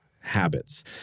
habits